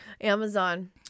Amazon